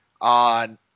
on